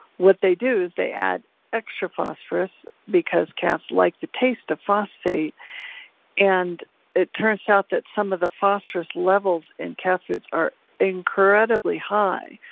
what they do is they add extra phosphorus because cats like the taste of phosphate and it turns out that some of the phosphorus levels in cat foods are incredibly high.